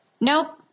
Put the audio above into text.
Nope